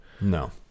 No